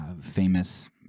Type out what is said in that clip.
famous